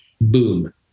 Boom